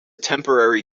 temporary